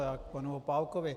Já k panu Opálkovi.